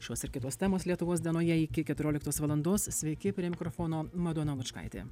šios ir kitos temos lietuvos dienoje iki keturioliktos valandos sveiki prie mikrofono madona lučkaitė